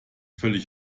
völlig